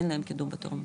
אין להם קידום בתור,